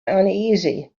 uneasy